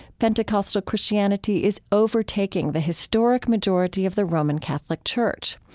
pentecostal christianity is overtaking the historic majority of the roman catholic church.